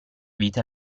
vita